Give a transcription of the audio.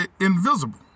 invisible